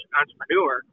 entrepreneur